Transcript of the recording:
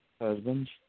Husbands